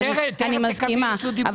אני מסכימה,